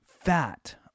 fat